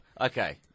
Okay